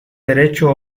derecho